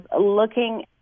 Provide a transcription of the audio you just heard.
looking